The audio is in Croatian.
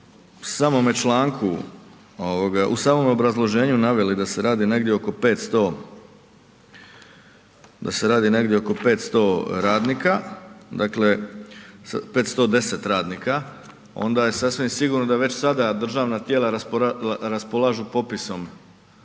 u samome obrazloženju naveli da se radi negdje oko 510 radnika onda je sasvim sigurno da već sada državna tijela raspolažu popisom